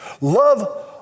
Love